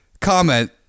comment